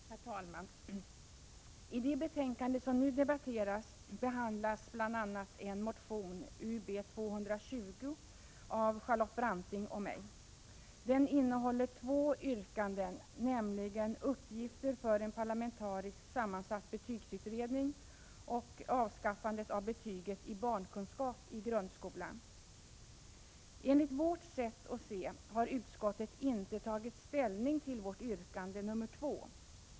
Herr talman! I det betänkande som nu debatteras behandlas bl.a. en motion, UbU220, av Charlotte Branting och mig. Den innehåller två yrkanden, om dels uppgifterna för en parlamentariskt sammansatt betygsutredning, dels avskaffande av betyget i barnkunskap i grundskolan. Enligt vårt sätt att se har utskottet inte tagit ställning till vårt andra yrkande.